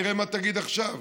נראה מה תגיד עכשיו.